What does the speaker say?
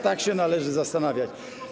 Tak się należy zastanawiać.